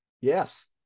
yes